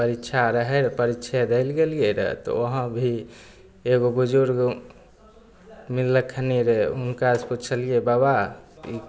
परीक्षा रहै रऽ तऽ परिक्षे दैले गेलिए रहै तऽ वहाँ भी एगो बुजुर्ग मिललखिन रहै हुनकासे पुछलिए बाबा ई